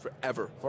forever